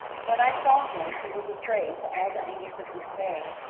when i saw him he was a prey to all the anguish of despair,